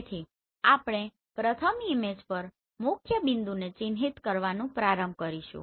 તેથી આપણે પ્રથમ ઈમેજ પર મુખ્યબિંદુને ચિહ્નિત કરવાનું પ્રારંભ કરીશું